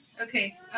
Okay